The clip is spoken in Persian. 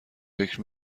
فکر